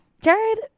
Jared